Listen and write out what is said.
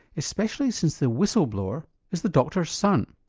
especially since the whistleblower is the doctor's son.